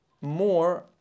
more